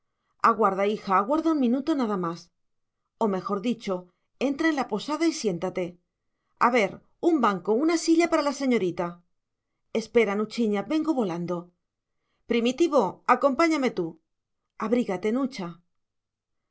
aguarda hija aguarda un minuto nada más o mejor dicho entra en la posada y siéntate a ver un banco una silla para la señorita espera nuchiña vengo volando primitivo acompáñame tú abrígate nucha